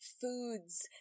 foods